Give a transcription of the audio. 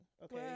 okay